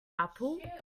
apple